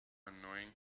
annoying